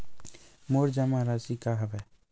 मोर जमा राशि का हरय?